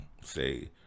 say